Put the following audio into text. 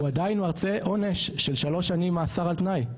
הוא עדיין מרצה עונש של שלוש שנים מאסר על תנאי.